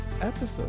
episode